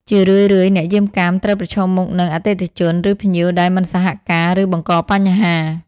ជារឿយៗ អ្នកយាមកាមត្រូវប្រឈមមុខនឹង អតិថិជន ឬភ្ញៀវដែលមិនសហការ ឬបង្កបញ្ហា។